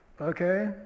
okay